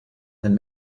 and